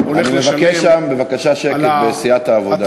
אתם פתחתם להם את הדלת, ועכשיו,